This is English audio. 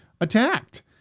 attacked